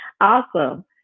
Awesome